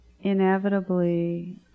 inevitably